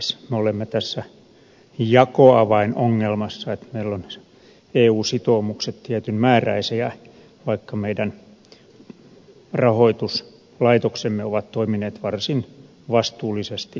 me olemme tässä jakoavainongelmassa että meillä ovat eu sitoumukset tietyn määräisiä vaikka meidän rahoituslaitoksemme ovat toimineet varsin vastuullisesti kansainvälisillä markkinoilla